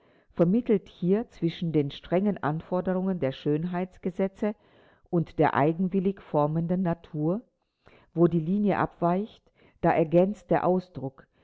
vermittelt hier zwischen den strengen anforderungen der schönheitsgesetze und der eigenwillig formenden natur wo die linie abweicht da ergänzt der ausdruck